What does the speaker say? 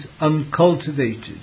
uncultivated